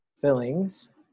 fillings